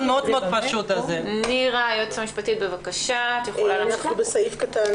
נכון, אבל בגלל שאנחנו עכשיו בתקופה